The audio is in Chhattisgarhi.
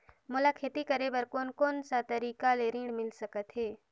मोला खेती करे बर कोन कोन सा तरीका ले ऋण मिल सकथे?